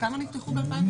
עם כל הכבוד,